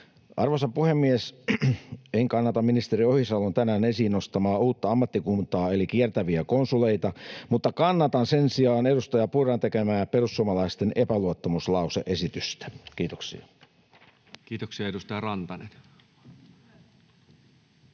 Arvoisa puhemies! En kannata ministeri Ohisalon tänään esiin nostamaa uutta ammattikuntaa eli kiertäviä konsuleita. Mutta kannatan sen sijaan edustaja Purran tekemää perussuomalaisten epäluottamuslause-esitystä. — Kiitoksia. [Speech 157] Speaker: